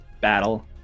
battle